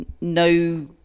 no